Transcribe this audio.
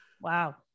Wow